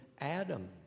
Adam